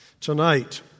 tonight